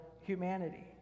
humanity